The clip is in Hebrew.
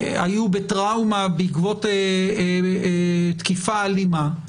היו בטראומה בעקבות תקיפה אלימה,